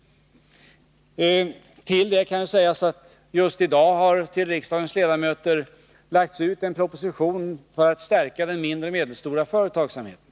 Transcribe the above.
Till detta kan sägas att det just i dag har till riksdagens ledamöter utdelats en proposition som syftar till att stärka den mindre och medelstora företagsamheten.